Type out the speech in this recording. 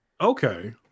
Okay